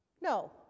No